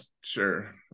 sure